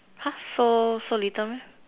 !huh! so so little meh